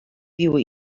più